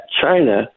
China